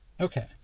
Okay